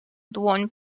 dłoń